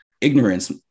ignorance